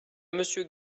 monsieur